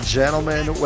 gentlemen